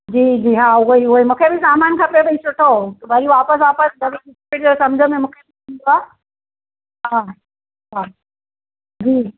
जी जी हा ऊअं ई ऊअं ई मूंखे बि सामान खपे भई सुठो भई वापसि वापसि भली मूंखे बि बियो ईअं सम्झि में न ईंदो आहे हा हा हूँ